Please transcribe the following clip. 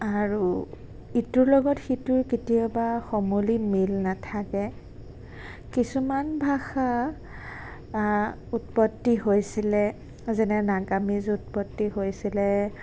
আৰু ইটোৰ লগত সিটোৰ কেতিয়াবা সমূলি মিল নাথাকে কিছুমান ভাষা উৎপত্তি হৈছিলে যেনে নাগামিজ উৎপত্তি হৈছিলে